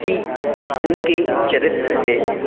कि उनके चरित्र से